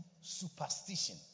superstition